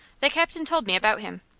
the captain told me about him.